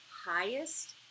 highest